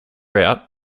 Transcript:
route